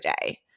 day